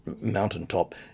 mountaintop